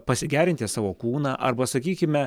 pasigerinti savo kūną arba sakykime